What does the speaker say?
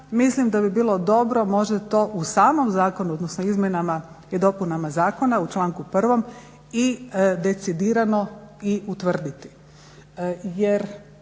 Mislim da bi bilo dobro možda to u samom zakonu, odnosno izmjenama i dopunama zakona u članku 1. i decidirano i utvrditi.